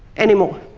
anymore.